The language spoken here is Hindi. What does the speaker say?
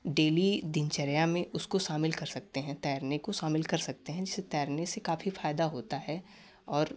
डेली दिनचर्या में उसको शामिल कर सकते है तैरने को शामिल कर सकते है जिससे तैरने से काफ़ी फायदा होता है और